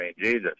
Jesus